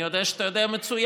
אני יודע שאתה יודע מצוין